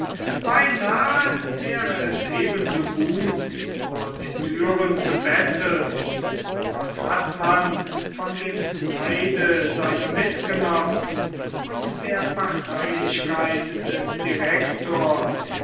beinahe wäre es ebenso gut vor den türen zu betteln was hat man von dem neide seiner mitgenossen und der parteilichkeit des direktors